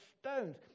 stones